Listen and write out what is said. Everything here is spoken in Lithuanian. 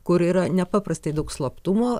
kur yra nepaprastai daug slaptumo